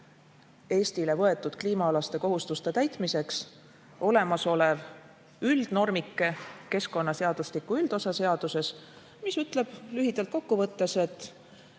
Eestile võetud kliimaalaste kohustuste täitmiseks olemasolev üldnormike keskkonnaseadustiku üldosa seaduses, mis ütleb lühidalt kokku võttes, et